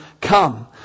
come